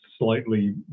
slightly